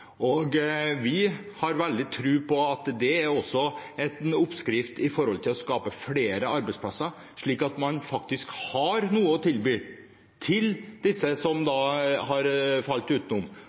arbeidstakere. Vi har veldig tro på at det også er en oppskrift på å skape flere arbeidsplasser, slik at man har noe å tilby dem som har falt